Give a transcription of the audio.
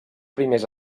primers